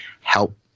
help